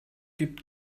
gibt